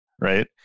right